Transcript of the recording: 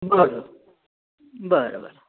बरं बरं बरं